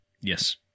Yes